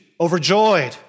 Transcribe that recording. overjoyed